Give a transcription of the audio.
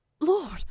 lord